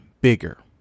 bigger